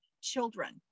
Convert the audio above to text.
children